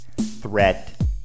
threat